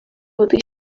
would